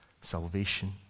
salvation